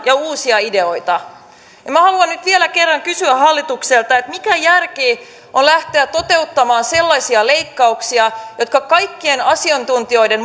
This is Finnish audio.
ja uusia ideoita minä haluan nyt vielä kerran kysyä hallitukselta mikä järki on lähteä toteuttamaan sellaisia leikkauksia jotka kaikkien asiantuntijoiden